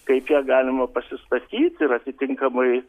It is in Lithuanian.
kaip ją galima pasistatyt ir atitinkamai